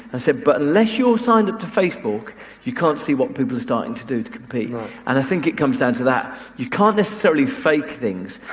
i said, but unless you're signed up to facebook you can't see what people are starting to do to compete and i think it comes down to that you can't necessarily fake things.